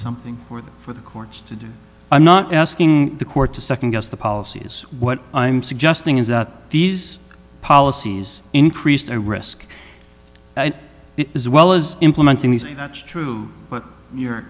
something for the for the courts to do i'm not asking the court to second guess the policy is what i'm suggesting is that these policies increase their risk as well as implementing these that's true but